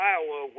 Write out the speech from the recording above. Iowa